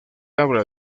habla